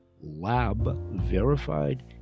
lab-verified